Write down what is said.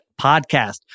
podcast